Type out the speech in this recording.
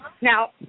Now